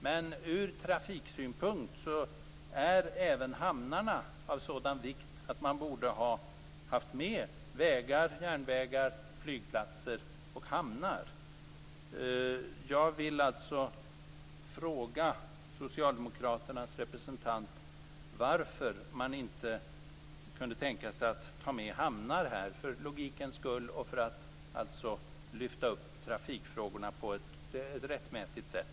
Men ur trafiksynpunkt är även hamnarna av sådan vikt att man borde ha haft med vägar, järnvägar, flygplatser och hamnar. Jag vill fråga socialdemokraternas representant varför man inte kunde tänka sig att ta med hamnar för logikens skull och för att lyfta upp trafikfrågorna på ett rättmätigt sätt.